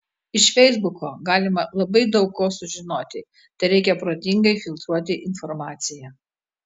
iš feisbuko galima labai daug ko sužinoti tereikia protingai filtruoti informaciją